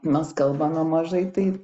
mes kalbame mažai tai